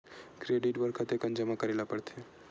Credit बर कतेकन जमा करे ल पड़थे?